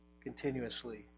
continuously